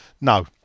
No